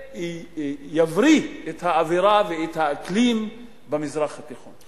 ויבריא את האווירה ואת האקלים במזרח התיכון.